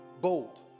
Bold